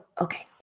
okay